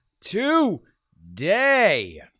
today